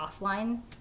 offline